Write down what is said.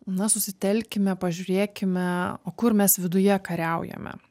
na susitelkime pažiūrėkime o kur mes viduje kariaujame